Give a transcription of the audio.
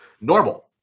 Normal